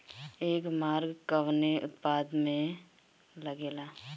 एगमार्क कवने उत्पाद मैं लगेला?